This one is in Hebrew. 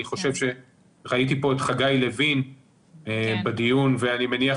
אני חושב שראיתי פה את חגי לוין בדיון, ואני מניח